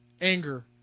anger